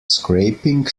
scraping